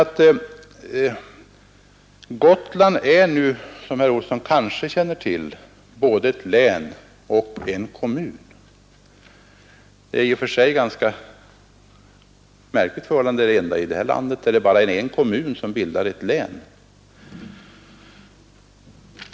Gotland är nu, som herr Olsson kanske känner till, både ett län och en kommun. Det är ett i och för sig ganska märkligt förhållande — det enda vi för övrigt har i vårt land — att det bara är en kommun som bildar ett län.